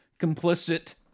complicit